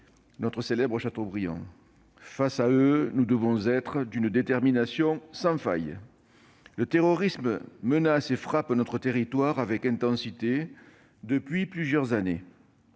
notre célèbre Chateaubriand. Face aux terroristes, nous devons être d'une détermination sans faille. Le terrorisme menace et frappe notre territoire avec intensité depuis plusieurs années.